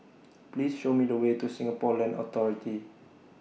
Please Show Me The Way to Singapore Land Authority